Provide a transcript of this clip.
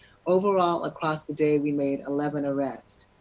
overall across the day, we made eleven arrests.